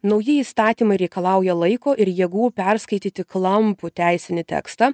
nauji įstatymai reikalauja laiko ir jėgų perskaityti klampų teisinį tekstą